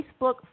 Facebook